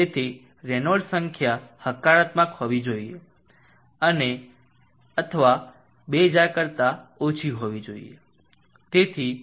તેથી રેનોલ્ડ્સ સંખ્યા હકારાત્મક હોવી જોઈએ અને અથવા 2000 કરતા ઓછી હોવી જોઈએ